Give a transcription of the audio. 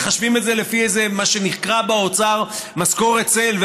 מחשבים את זה לפי מה שנקרא באוצר "משכורת צל",